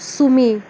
চুমি